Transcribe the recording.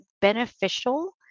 beneficial